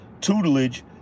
tutelage